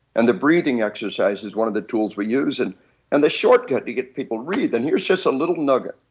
and the breathing exercise is one of the tools for years and and the shortcut to get people read and here's just a little nugget.